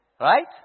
Right